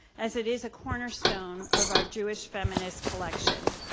as it is a cornerstone of our jewish feminist collection.